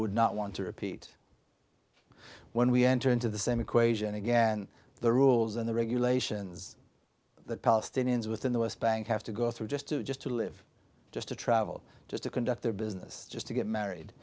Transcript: would not want to repeat when we enter into the same equation again the rules and the regulations that palestinians with in the west bank have to go through just to just to live just to travel just to conduct their business just to get married